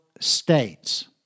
states